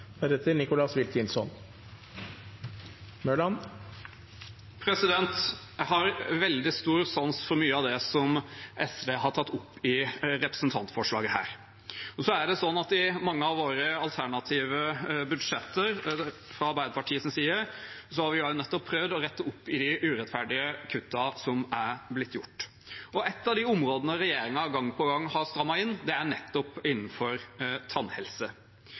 Jeg har veldig stor sans for mye av det som SV har tatt opp i representantforslaget her. I mange av våre alternative budsjetter har vi fra Arbeiderpartiets side prøvd å rette opp i de urettferdige kuttene som er blitt gjort, og et av de områdene regjeringen gang på gang har strammet inn på, er nettopp innenfor tannhelse.